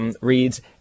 Reads